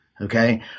Okay